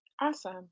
Awesome